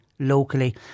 Locally